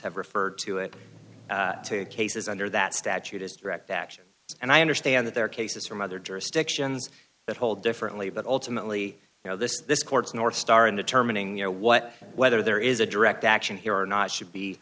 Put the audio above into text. have referred to it to cases under that statute is direct action and i understand that there are cases from other jurisdictions that hold differently but ultimately you know this this court's northstar in the terminating you know what whether there is a direct action here or not should be